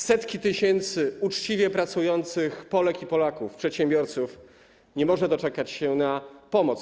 Setki tysięcy uczciwie pracujących Polek i Polaków, przedsiębiorców, nie może doczekać się pomocy.